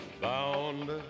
Bound